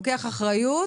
לוקח אחריות